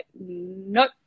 nope